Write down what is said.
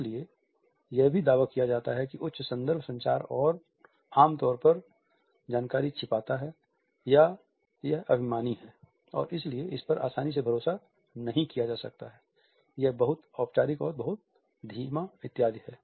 इसलिए यह भी दावा किया जाता है कि उच्च संदर्भ संचार आम तौर पर जानकारी छिपाता है यह अभिमानी है और इसलिए इसपर आसानी से भरोसा नहीं किया जा सकता है यह बहुत औपचारिक है बहुत धीमा इत्यादि